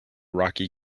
rocky